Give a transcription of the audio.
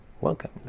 Welcome